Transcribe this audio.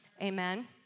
Amen